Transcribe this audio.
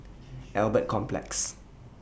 Albert Complex